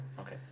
Okay